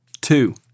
Two